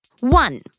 One